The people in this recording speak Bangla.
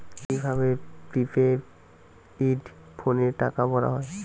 কি ভাবে প্রিপেইড ফোনে টাকা ভরা হয়?